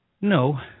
No